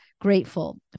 grateful